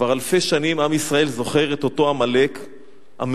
כבר אלפי שנים עם ישראל זוכר את אותו עמלק המזנב,